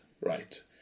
right